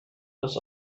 als